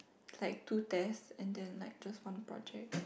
like two test and then like just one project